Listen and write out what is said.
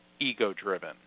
ego-driven